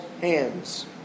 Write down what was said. hands